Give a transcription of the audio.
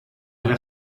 era